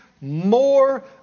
more